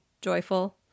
joyful